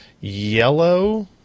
yellow